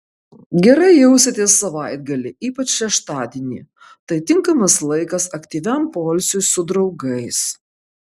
gerai jausitės savaitgalį ypač šeštadienį tai tinkamas laikas aktyviam poilsiui su draugais